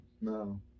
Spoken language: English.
no